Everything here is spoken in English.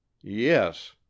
yes